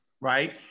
right